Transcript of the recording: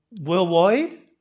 worldwide